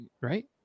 right